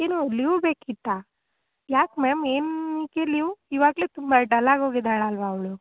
ಏನು ಲಿವ್ ಬೇಕಿತ್ತಾ ಯಾಕೆ ಮ್ಯಾಮ್ ಏನಕ್ಕೆ ಲಿವ್ ಇವಾಗಲೇ ತುಂಬ ಡಲ್ ಆಗಿ ಹೋಗಿದಾಳಲ್ವ ಅವಳು